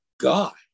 God